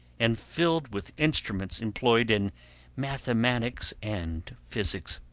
and filled with instruments employed in mathematics and physics.